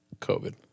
COVID